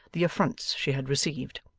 the affronts she had received.